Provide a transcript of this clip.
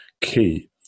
key